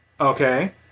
Okay